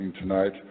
tonight